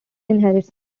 inherits